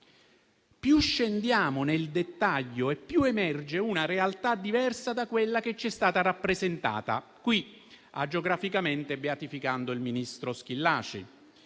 Più scendiamo nel dettaglio e più emerge una realtà diversa da quella che ci è stata rappresentata qui agiograficamente, beatificando il ministro Schillaci.